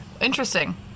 interesting